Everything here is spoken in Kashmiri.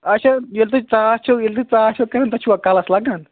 اچھا ییٚلہِ تۄہہِ ژاس چھو ییٚلہِ تۄہہِ ژاس چھوٕ کَران تۄہہِ چھُوٕ کلس لَگَان